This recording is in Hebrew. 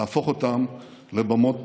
להפוך אותם לבמות פולמוס.